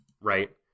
Right